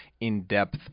in-depth